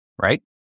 right